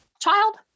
child